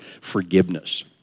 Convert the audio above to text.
forgiveness